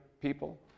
people